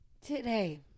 today